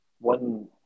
one